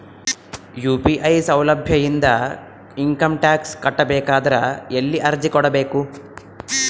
UPI ಸೌಲಭ್ಯ ಇಂದ income tax ಕಟ್ಟಬೇಕಾದರ ಎಲ್ಲಿ ಅರ್ಜಿ ಕೊಡಬೇಕು?